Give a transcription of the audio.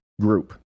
group